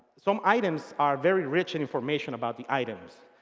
some items are very rich information about the items.